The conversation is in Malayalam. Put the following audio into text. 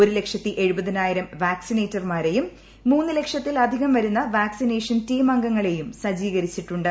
ഒരു ലക്ഷത്തി എഴുപതിനായിരം വാക്സിനേറ്റർമാരെയും മൂന്ന് ലക്ഷത്തിലധികം വരുന്ന വാക്സിനേഷൻ ടീമംഗങ്ങളെയും സജ്ജീകരിച്ചിട്ടുണ്ട്